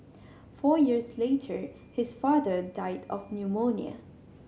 four years later his father died of pneumonia